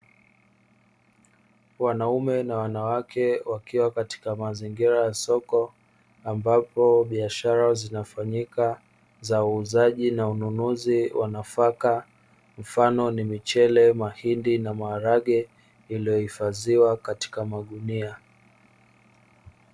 Wanaume na wanawake wakiwa katika mazingira ya soko ambapo biashara zinafanyika za uuzaji na ununuzi wa nafaka, mfano ni: mchele, mahindi na maharage iliyohifadhiwa katika magunia.